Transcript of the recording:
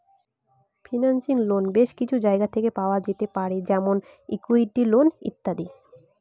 financing base কিছু জায়গা থেকে পাওয়া যেতে পারে যেমন ইকুইটি, লোন ইত্যাদি